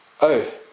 Oh